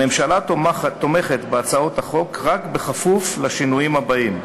הממשלה תומכת בהצעות החוק רק בכפוף לשינויים הבאים: